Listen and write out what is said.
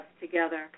together